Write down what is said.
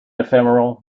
ephemeral